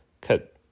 cut